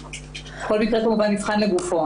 כל מקרה כמובן נבחן לגופו.